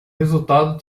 resultado